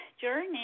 journey